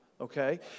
okay